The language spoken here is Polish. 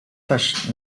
też